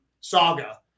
saga